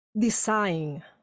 design